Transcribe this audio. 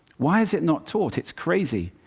why is it not taught? it's crazy.